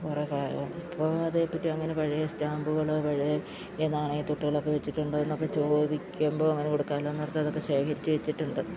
കുറേ ഇപ്പോൾ അതേപ്പറ്റി അങ്ങനെ പഴയ സ്റ്റാമ്പുകൾ പഴയ ഈ നാണയ തുട്ടുകളൊക്കെ വച്ചിട്ടുണ്ടോ എന്നൊക്കെ ചോദിക്കുമ്പോൾ അങ്ങനെ കൊടുക്കാലോ എന്നോർത്ത് അതൊക്കെ ശേഖരിച്ചു വച്ചിട്ടുണ്ട്